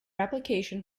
application